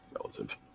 Relative